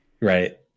Right